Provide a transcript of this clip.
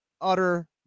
utter